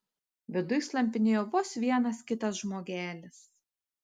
viduj slampinėjo vos vienas kitas žmogelis